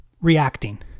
reacting